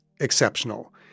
exceptional